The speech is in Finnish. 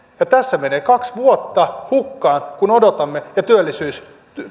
ja tässä menee kaksi vuotta hukkaan kun odotamme ja työllisyys